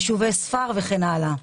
ישובי ספר וכן הלאה.